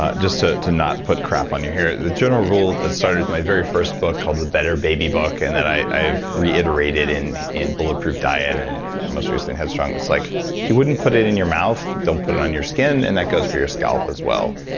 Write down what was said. ah just to to not put crap on your hair. the general rule that started with my very first book called the better baby book, and that i've reiterated in in bulletproof diet, and most recently headstrong, it's like if you wouldn't put it in your mouth, don't put it on your skin and that goes for your scalp as well,